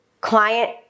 client